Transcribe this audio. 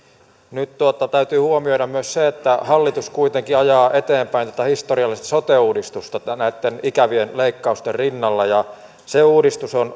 nyt täytyy huomioida myös se että hallitus kuitenkin ajaa eteenpäin tätä historiallista sote uudistusta näitten ikävien leikkausten rinnalla ja se uudistus on